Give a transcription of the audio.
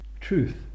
truth